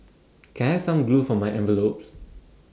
can I have some glue for my envelopes